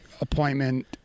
appointment